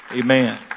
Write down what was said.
amen